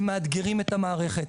הם מאתגרים את המערכת,